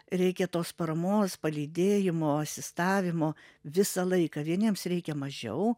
reikia tos paramos palydėjimo asistavimo visą laiką vieniems reikia mažiau